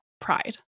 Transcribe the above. pride